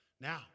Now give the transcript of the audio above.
Now